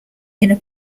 inner